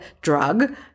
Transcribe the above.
drug